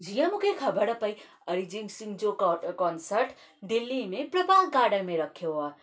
जीअं मूंखे ख़बरु पई अरिजीत सिंह जो कॉन्सर्ट दिल्ली में प्रभात गार्डन में रखियो आहे